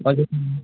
okay sir